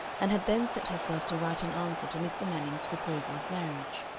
and had then set herself to write an answer to mr. manning's proposal of marriage.